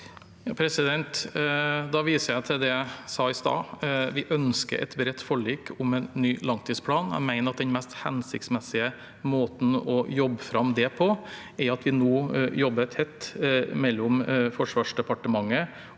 Da viser jeg til det jeg sa i stad. Vi ønsker et bredt forlik om en ny langtidsplan. Jeg mener at den mest hensiktsmessige måten å jobbe fram det på, er at Forsvarsdepartementet